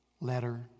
letter